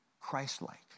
Christ-like